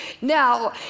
Now